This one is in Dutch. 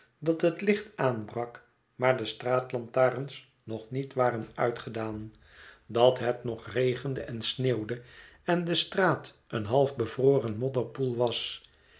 dat het licht aanbrak maar de straatlantaarns nog niet waren uitgedaan dat het nog regende en sneeuwde en de straat een half bevroren modderpoel was